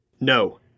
No